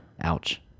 Ouch